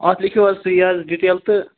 اَتھ لیٚکھِو حظ تُہۍ حظ ڈِٹیل تہٕ